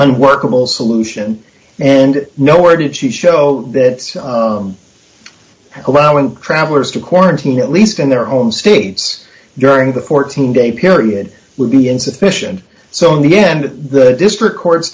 unworkable solution and nowhere did she show that allowing travelers to quarantine at least in their own states during the fourteen day period would be insufficient so in the end the district court's